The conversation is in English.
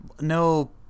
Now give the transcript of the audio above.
no